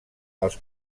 els